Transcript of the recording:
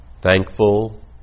Thankful